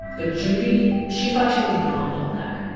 but judy, she thought she was beyond all that.